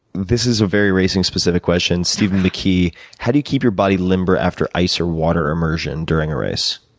this is a very racing specific question. stephen mckee how do you keep your body limber, after ice or water immersion, during a race?